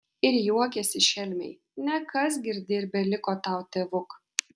ir juokėsi šelmiai nekas girdi ir beliko tau tėvuk